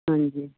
ਹਾਂਜੀ